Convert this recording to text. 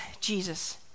Jesus